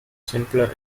simpler